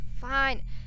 Fine